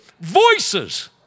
voices